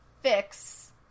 fix